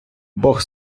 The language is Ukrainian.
бог